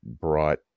brought